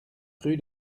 rue